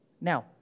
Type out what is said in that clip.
Now